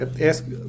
ask